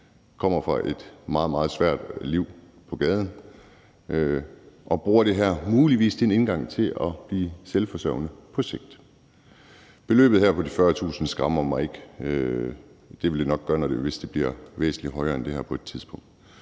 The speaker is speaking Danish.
kommer fra et meget, meget svært liv på gaden og bruger det her muligvis som en indgang til at blive selvforsørgende på sigt. Beløbet på de 40.000 kr. skræmmer mig ikke; det ville det nok gøre, hvis det blev væsentlig højere end det her på et tidspunkt.